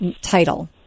title